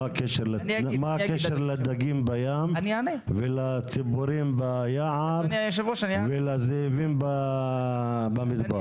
מה הקשר לדגים בים ולציפורים ביער ולזאבים במדבר.